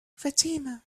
fatima